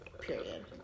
Period